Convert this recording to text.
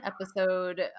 episode